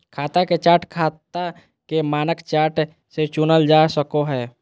खाता के चार्ट खाता के मानक चार्ट से चुनल जा सको हय